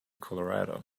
colorado